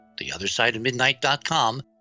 theothersideofmidnight.com